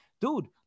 dude